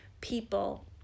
people